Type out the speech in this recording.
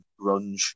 grunge